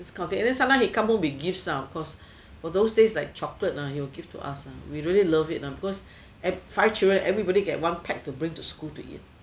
this kind of things and then sometimes he come home with gifts ah of course for those days like chocolate ah he will give to us ah we really love it ah because five children everybody get one back to bring to school to eat